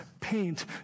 paint